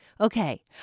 Okay